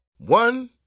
One